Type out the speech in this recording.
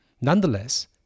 Nonetheless